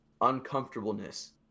uncomfortableness